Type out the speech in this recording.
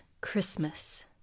Christmas